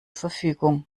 verfügung